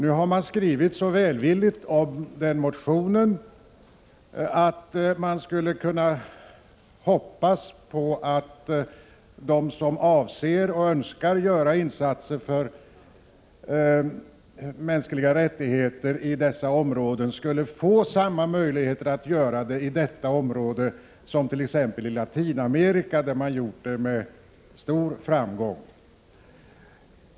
Utskottet har skrivit så välvilligt om motionen att man skulle kunna hoppas att de som avser att och önskar göra insatser för mänskliga rättigheter i dessa områden skulle få samma möjligheter att göra det som t.ex. i Latinamerika, där man har gjort det med stor framgång.